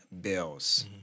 bills